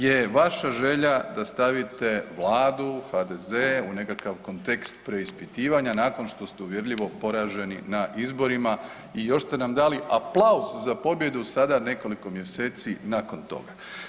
Je vaša želja da stavite Vladu, HDZ-e u nekakav kontekst preispitivanja nakon što ste uvjerljivo poraženi na izborima i još ste nam dali aplauz za pobjedu sada nekoliko mjeseci nakon toga.